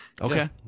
Okay